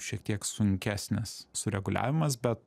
šiek tiek sunkesnis sureguliavimas bet